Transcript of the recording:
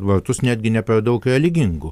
vartus netgi ne per daug religingų